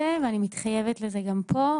להלן תרגומם: אני התכוונתי לזה ואני מתחייבת לזה גם פה,